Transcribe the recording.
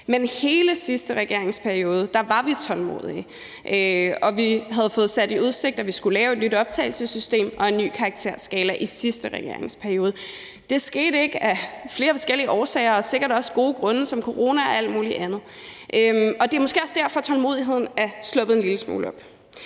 Men hele sidste regeringsperiode var vi tålmodige, og vi blev stillet i udsigt, at vi skulle lave et nyt optagelsessystem og en ny karakterskala i sidste regeringsperiode. Det skete ikke af flere forskellige årsager og sikkert også gode grunde som corona og alt muligt andet, og det er måske også derfor, at tålmodigheden er sluppet en lille smule op